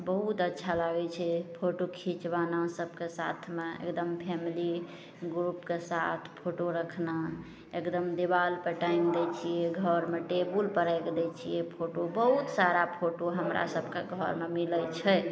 बहुत अच्छा लागय छै फोटो खिचवाना सबके साथमे एकदम फैमिली ग्रुपके साथ फोटो रखना एकदम दीवालपर टाङ्गि दै छियै घरमे टेबुलपर राखि दै छियै फोटो बहुत सारा फोटो हमरा सबके घरमे मिलय छै